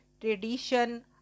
tradition